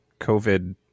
COVID